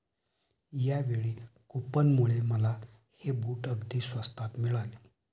यावेळी कूपनमुळे मला हे बूट अगदी स्वस्तात मिळाले